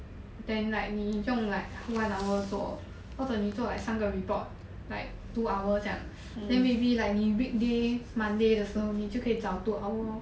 then like 你用 like one hour 做或者你做 like 三个 report like two hours 这样 then maybe like 你 weekday monday 的时候你就可以早 two hour lor